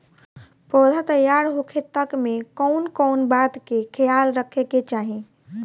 पौधा तैयार होखे तक मे कउन कउन बात के ख्याल रखे के चाही?